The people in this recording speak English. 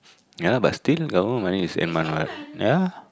yeah but still got a lot of money to send want what yeah